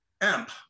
amp